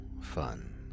fun